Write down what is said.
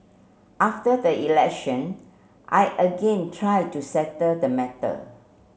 after the election I again tried to settle the matter